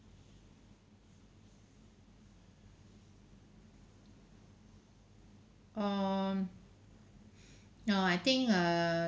um no I think err